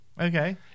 Okay